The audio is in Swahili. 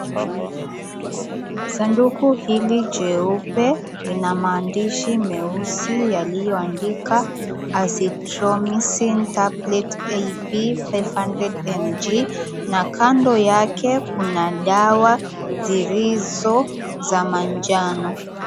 Sanduku hili jeupe lina maandishi meusi yaliyoandikwa Azithromycin Tablets IP 500mg na kando yake kuna dawa zilizo za manjano.